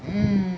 mm